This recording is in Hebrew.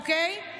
אוקיי?